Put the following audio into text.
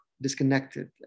disconnected